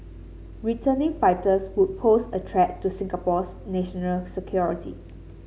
returning fighters would pose a threat to Singapore's national security